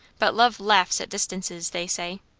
but love laughs at distances, they say.